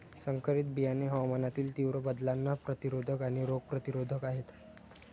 संकरित बियाणे हवामानातील तीव्र बदलांना प्रतिरोधक आणि रोग प्रतिरोधक आहेत